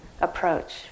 approach